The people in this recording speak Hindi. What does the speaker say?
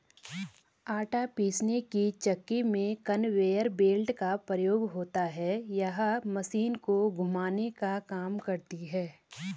आटा पीसने की चक्की में कन्वेयर बेल्ट का प्रयोग होता है यह मशीन को घुमाने का काम करती है